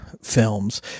films